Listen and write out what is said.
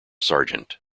sergeant